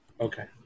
Okay